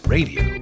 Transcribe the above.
Radio